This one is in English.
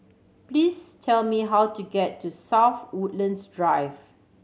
please tell me how to get to South Woodlands Drive